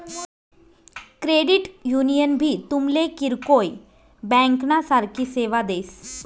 credit union भी तुमले किरकोय ब्यांकना सारखी सेवा देस